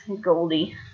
Goldie